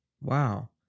Wow